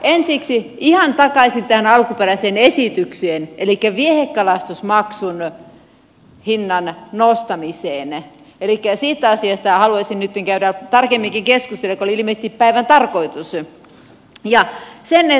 ensiksi ihan takaisin tähän alkuperäiseen esitykseen elikkä viehekalastusmaksun hinnan nostamiseen elikkä siitä asiasta haluaisin nyt käydä tarkemminkin keskustelua mikä oli ilmeisesti päivän tarkoitus